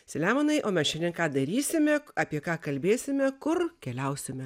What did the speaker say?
selemonai o mes šiandien ką darysime apie ką kalbėsime kur keliausime